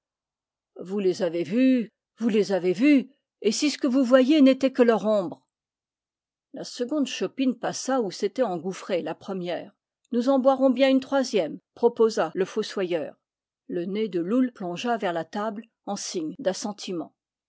vous les avez vues vous les avez vues et si ce que vous voyez n'était que leur ombre la seconde chopine passa où s'était engouffrée la pre mière nous en boirons bien une troisième proposa le fos soyeur le nez de loull plongea vers la table en signe